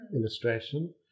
illustration